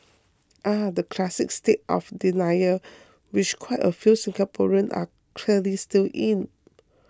ah the classic state of denial which quite a few Singaporeans are clearly still in